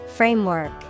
Framework